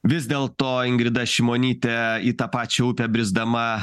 vis dėlto ingrida šimonytė į tą pačią upę brisdama